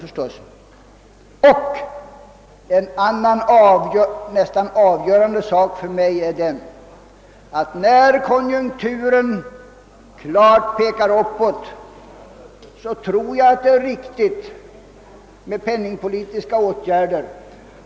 En annan, för mig nästan avgörande omständighet är att det, när konjunkturen klart pekar uppåt, förefaller riktigt med penmning politiska åtgärder.